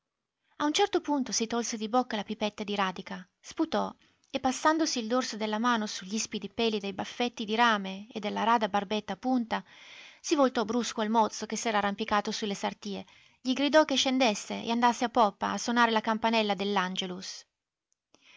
a un certo punto si tolse di bocca la pipetta di radica sputò e passandosi il dorso della mano sugl'ispidi peli dei baffetti di rame e della rada barbetta a punta si voltò brusco al mozzo che s'era arrampicato sulle sartie gli gridò che scendesse e andasse a poppa a sonare la campanella dell angelus